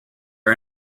are